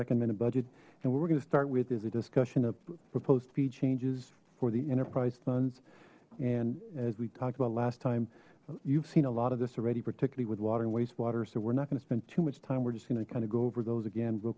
recommended budget and we're going to start with is a discussion of proposed fee changes for the enterprise funds and as we talked about last time you've seen a lot of this already particularly with water and wastewater so we're not going to spend too much time we're just going to kind of go over those again real